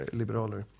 liberaler